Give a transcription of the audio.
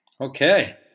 Okay